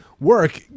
Work